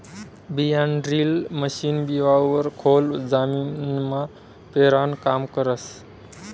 बियाणंड्रील मशीन बिवारं खोल जमीनमा पेरानं काम करस